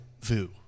vu